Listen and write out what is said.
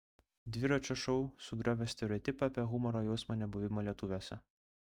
dviračio šou sugriovė stereotipą apie humoro jausmą nebuvimą lietuviuose